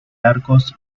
arcos